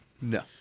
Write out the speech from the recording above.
No